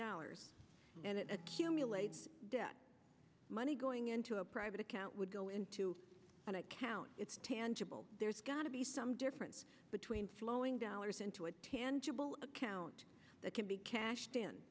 hours and it accumulated debt money going into a private account would go into an account it's tangible there's got to be some difference between flowing dollars into a tangible account that can be cashed in